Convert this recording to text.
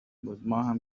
بود، ماهم